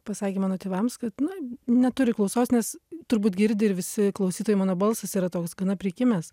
pasakė mano tėvams kad na neturi klausos nes turbūt girdi ir visi klausytojai mano balsas yra toks gana prikimęs